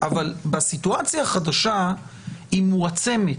אבל בסיטואציה החדשה היא מועצמת,